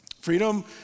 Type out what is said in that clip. freedom